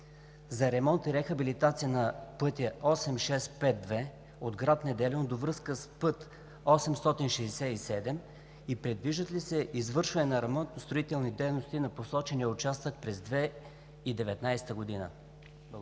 за ремонт и рехабилитация на пътя ІІІ-8652 от град Неделино до връзка с път ІІІ-867 и предвижда ли се извършване на ремонтно-строителни дейности на посочения участък през 2019 г.?